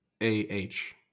A-H